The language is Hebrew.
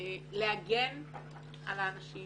להגן על האנשים